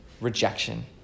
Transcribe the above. rejection